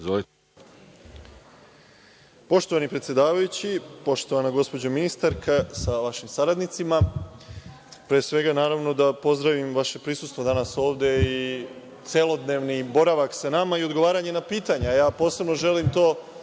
Poštovani predsedavajući, poštovana gospođo ministarka sa vašim saradnicima, pre svega da pozdravim vaše prisustvo danas ovde i celodnevni boravak sa nama, kao i odgovaranje na pitanja, ja posebno želim to